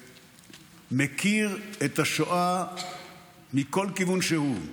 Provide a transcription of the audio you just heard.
מכיר את השואה מכל כיוון שהוא.